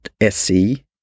.se